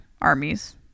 Armies